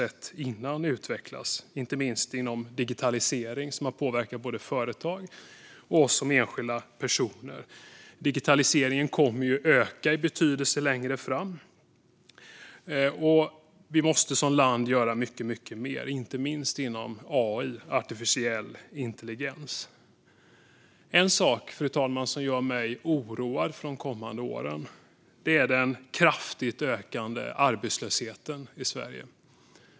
Det gäller inte minst digitaliseringen, där både företag och enskilda personer påverkats. Digitaliseringen kommer att öka i betydelse längre fram, och vi måste som land göra mycket mer, inte minst inom AI, artificiell intelligens. Fru talman! En sak som oroar mig för de kommande åren är den kraftigt ökande arbetslösheten i Sverige.